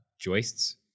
joists